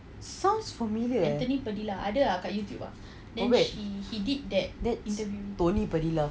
sounds familiar eh oh that's tony padilla